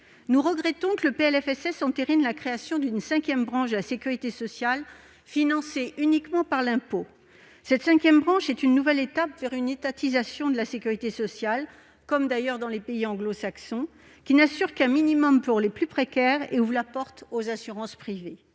Nous regrettons que le PLFSS entérine la création d'une cinquième branche de la sécurité sociale financée uniquement par l'impôt. Cette cinquième branche est une nouvelle étape vers une étatisation de la sécurité sociale- c'est d'ailleurs le cas dans les pays anglo-saxons -, qui n'assure qu'un minimum pour les plus précaires et ouvre la porte aux assurances privées.